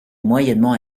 moyennement